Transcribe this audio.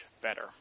better